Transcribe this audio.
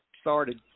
started